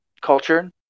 culture